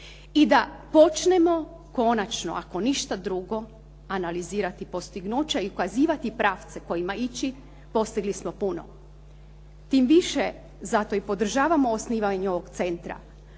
i da počnemo, konačno, ako ništa drugo analizirati postignuća i ukazivati pravce kojima ići, postigli smo puno. Tim više, zato i podržavamo osnivanje ovog centra.